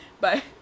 Bye